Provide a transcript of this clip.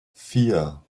vier